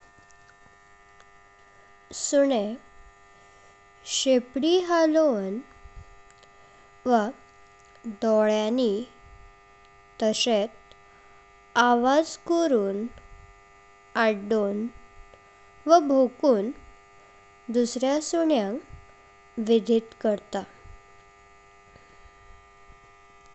सुनय शेपडी हालोवन, वा डोळ्यांनी तशेत आवाज करून, आडडोन, वा भोकुन दुसऱ्या सून्यांक विदित करता।